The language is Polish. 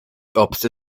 obcy